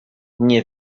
nie